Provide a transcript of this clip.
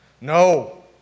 No